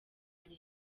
leta